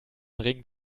ring